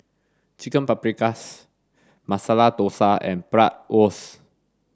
Chicken Paprikas Masala Dosa and Bratwurst